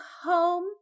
home